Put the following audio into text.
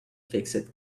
fixed